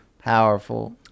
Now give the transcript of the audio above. powerful